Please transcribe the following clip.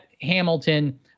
Hamilton